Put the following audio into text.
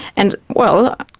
and, well,